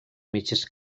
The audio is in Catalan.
metges